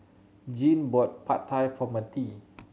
Jeane bought Pad Thai for Mertie